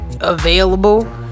Available